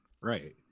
Right